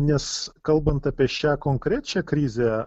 nes kalbant apie šią konkrečią krizę